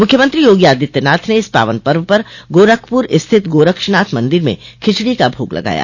मुख्यमंत्री योगी आदित्यनाथ ने इस पावन पर्व पर गोरखप्र स्थित गोरक्षनाथ मंदिर में खिचड़ी का भोग लगाया